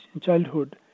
childhood